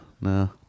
No